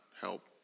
help